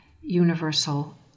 universal